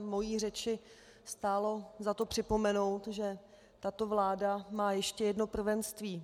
mojí řeči stálo za to připomenout, že tato vláda má ještě jedno prvenství.